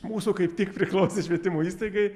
mūsų kaip tik priklausė švietimo įstaigai